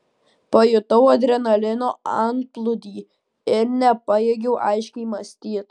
pajutau adrenalino antplūdį ir nepajėgiau aiškiai mąstyti